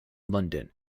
london